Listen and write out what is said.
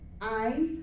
eyes